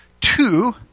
two